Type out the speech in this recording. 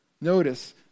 notice